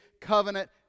covenant